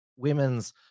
women's